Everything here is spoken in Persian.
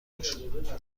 باشیم